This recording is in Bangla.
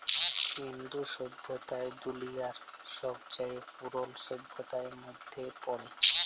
ইন্দু সইভ্যতা দুলিয়ার ছবচাঁয়ে পুরল সইভ্যতাদের মইধ্যে পড়ে